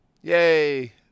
yay